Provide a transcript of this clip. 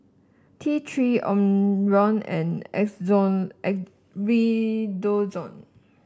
T Three Omron and Redoxon